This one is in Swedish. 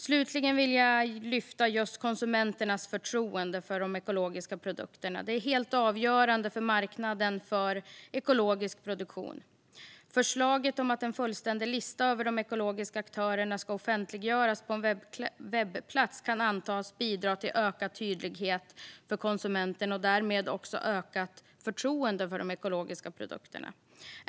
Slutligen vill jag lyfta just konsumenternas förtroende för de ekologiska produkterna; det är helt avgörande för marknaden för ekologisk produktion. Förslaget om att en fullständig lista över de ekologiska aktörerna ska offentliggöras på en webbplats kan antas bidra till ökad tydlighet för konsumenterna och därmed också ökat förtroende för de ekologiska produkterna.